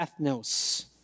ethnos